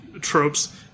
tropes